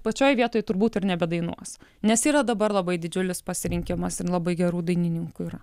pačioj vietoj turbūt ir nebedainuos nes yra dabar labai didžiulis pasirinkimas ir labai gerų dainininkų yra